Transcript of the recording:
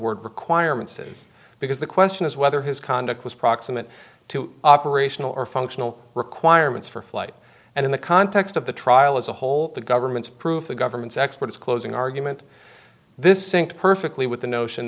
word requirements is because the question is whether his conduct was proximate to operational or functional requirements for flight and in the context of the trial as a whole the government's prove the government's expert is closing argument this sink perfectly with the notion